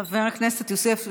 חבר הכנסת יוסף ג'בארין,